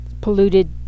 polluted